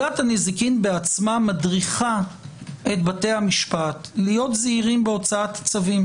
בעצמה מדריכה את בתי המשפט להיות זהירים בהוצאת צווים.